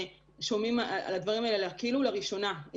שומעים על הדברים האלה כאילו לראשונה.